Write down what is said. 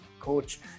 coach